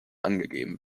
angegeben